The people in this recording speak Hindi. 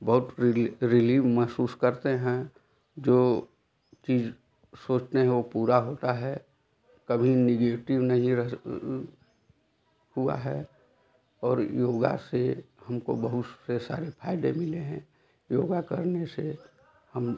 बहुत रिलीव महसूस करते हैं जो चीज सोचते हैं वो पूरा होता है कभी निगेटिव नहीं रह हुआ है और योगा से हमको बहुत से सारे फायदे मिले हैं योगा करने से हम